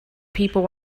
people